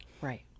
Right